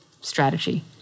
strategy